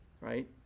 right